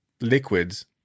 liquids